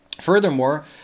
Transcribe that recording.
Furthermore